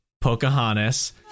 pocahontas